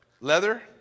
leather